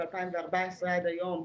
מ-2014 ועד היום,